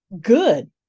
good